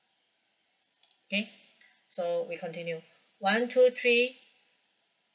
okay so we continue one two three